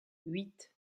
huit